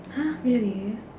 !huh! really